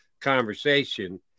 conversation